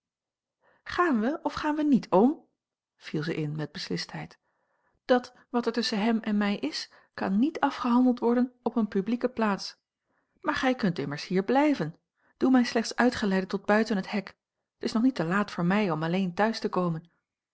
gaan we of gaan we niet oom viel ze in met beslistheid dat wat er tusschen hem en mij is kan niet afgehandeld worden op eene publieke plaats maar gij kunt immers hier blijven doe mij slechts uitgeleide tot buiten het hek t is nog niet te laat voor mij om alleen thuis te komen